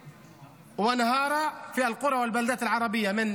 אשר לא טיפלה בנושא ההריסות בחברה הערבית.